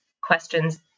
questions